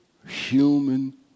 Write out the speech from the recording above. Human